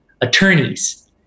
attorneys